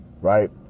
right